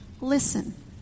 listen